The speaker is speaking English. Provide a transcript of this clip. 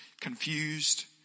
confused